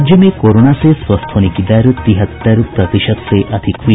राज्य में कोरोना से स्वस्थ होने की दर तिहत्तर प्रतिशत से अधिक हुई